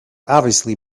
obviously